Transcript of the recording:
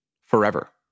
forever